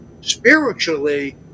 spiritually